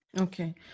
okay